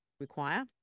require